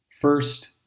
first